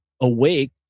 awake